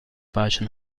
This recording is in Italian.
pace